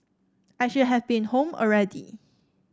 I should have been home already